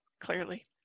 clearly